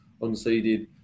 unseeded